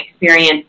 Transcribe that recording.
experience